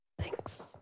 Thanks